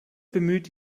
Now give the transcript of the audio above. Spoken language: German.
bemüht